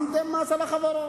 שמתם מס על החברות?